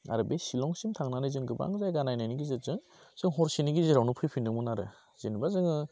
आरो बे सिलंसिम थांनानै जों गोबां जायगा नायनायनि गेजेरजों जों हरसे गेजेरावनो फैफिनदोंमोन आरो जेनोबा जोङो